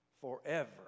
Forever